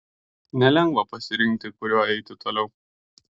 nelengva pasirinkti kuriuo eiti toliau